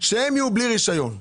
שיהיו בלי רשיון.